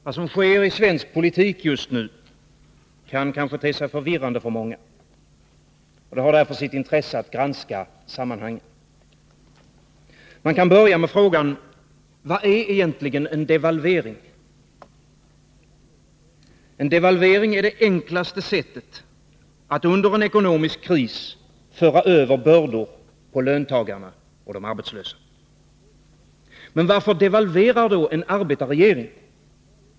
Fru talman! Vad som sker i svensk politik just nu kan kanske te sig förvirrande för många. Det har därför sitt intresse att granska sammanhangen. Man kan börja med frågan: Vad är egentligen en devalvering? En devalvering är det enklaste sättet att under en ekonomisk kris föra över bördor på löntagarna och de arbetslösa. Men varför devalverar då en arbetarregering?